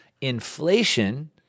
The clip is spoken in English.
inflation